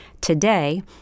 today